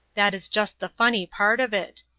that is just the funny part of it.